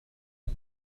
لعب